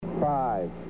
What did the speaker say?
Five